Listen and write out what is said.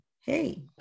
Hey